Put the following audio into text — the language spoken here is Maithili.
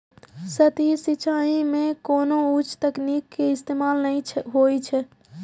सतही सिंचाइ मे कोनो उच्च तकनीक के इस्तेमाल नै होइ छै